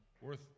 worth